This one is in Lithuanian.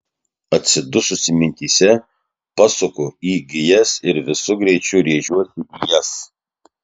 atsidususi mintyse pasuku į gijas ir visu greičiu rėžiuosi į jas